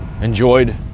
enjoyed